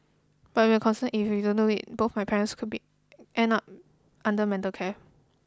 but we're concerned if we don't do it both my parents could be end up under mental care